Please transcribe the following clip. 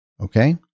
okay